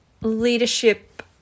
leadership